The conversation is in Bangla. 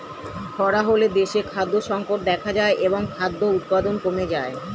খরা হলে দেশে খাদ্য সংকট দেখা যায় এবং খাদ্য উৎপাদন কমে যায়